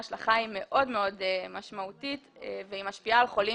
ההשלכה היא מאוד מאוד משמעותית והיא משפיעה על חולים